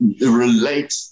Relate